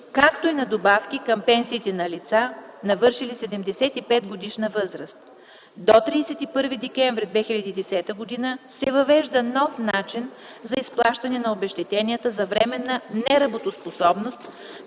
както и на добавки към пенсиите на лица, навършили 75-годишна възраст; - до 31 декември 2010 г. се въвежда нов начин за изплащане на обезщетенията за временна неработоспособност,